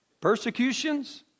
persecutions